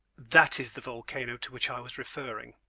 that is the volcano to which i was referring.